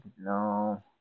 No